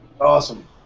Awesome